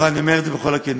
אבל אני אומר בכל הכנות: